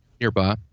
nearby